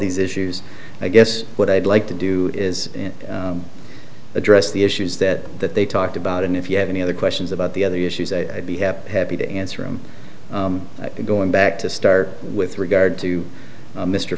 these issues i guess what i'd like to do is address the issues that that they talked about and if you have any other questions about the other issues i'd be happy to answer i'm going back to start with regard to mr